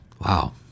Wow